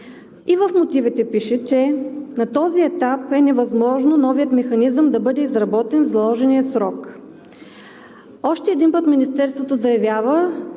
И в мотивите пише, че на този етап е невъзможно новият механизъм да бъде изработен в заложения срок. Още веднъж Министерството заявява,